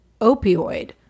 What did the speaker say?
opioid